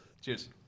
Cheers